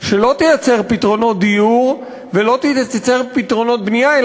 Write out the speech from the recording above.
שלא תייצר פתרונות דיור ולא תייצר פתרונות בנייה,